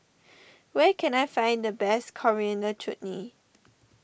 where can I find the best Coriander Chutney